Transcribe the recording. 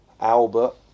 Albert